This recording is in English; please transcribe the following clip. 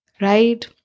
right